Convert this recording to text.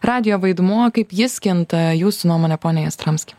radijo vaidmuo kaip jis kinta jūsų nuomone pone jastramski